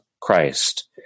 Christ